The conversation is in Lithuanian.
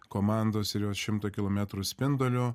komandos ir jos šimto kilometrų spinduliu